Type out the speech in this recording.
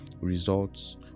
results